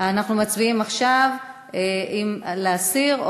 אנחנו מצביעים עכשיו אם להסיר,